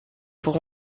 pour